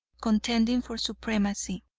contending for supremacy.